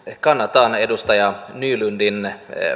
kannatan edustaja nylundin